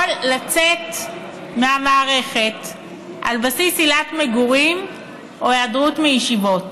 יכול לצאת מהמערכת על בסיס עילת מגורים או היעדרות מישיבות,